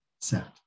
set